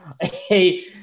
hey